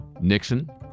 Nixon